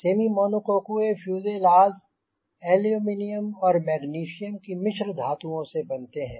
semi monocoque fuselage aluminium और magnesium की मिश्र धातुओं से बनते हैं